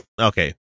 Okay